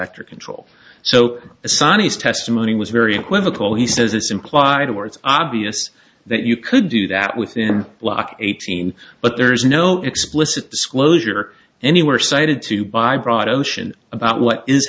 actor control so assignees testimony was very equivocal he says it's implied or it's obvious that you could do that with him block eighteen but there is no explicit disclosure anywhere cited to by broad ocean about what is